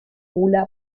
bula